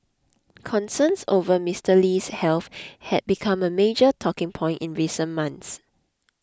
concerns over Mister Lee's health had become a major talking point in recent months